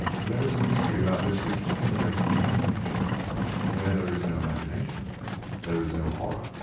there is a mystery about this which stimulates the imagination where there is no imagination there is no horror.